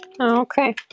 okay